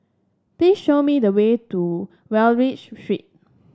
please show me the way to Wallich Street